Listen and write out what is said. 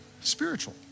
spiritual